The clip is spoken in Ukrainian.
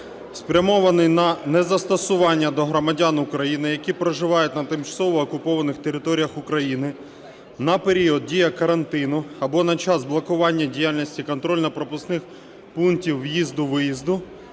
спрямований на незастосування до громадян України, які проживають на тимчасово окупованих територіях України на період дії карантину або на час блокування діяльності контрольно-пропускних пунктів в'їзду-виїзду,